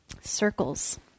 Circles